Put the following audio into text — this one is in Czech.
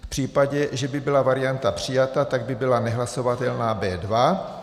V případě, že by byla varianta přijata, tak by byla nehlasovatelná B2.